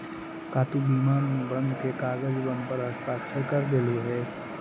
का तु बीमा अनुबंध के कागजबन पर हस्ताक्षरकर देलहुं हे?